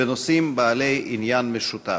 בנושאים בעלי עניין משותף.